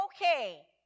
okay